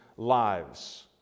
lives